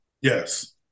Yes